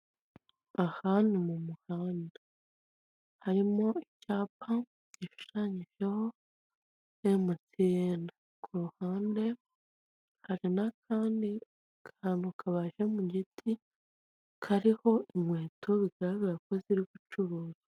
Aha ni mu muhanda. Harimo icyapa gishushanyijeho emutiyene. Ku ruhande hari n'akandi kantu kabaje mu giti, kariho inkweto bigaragara ko ziri gucuruzwa.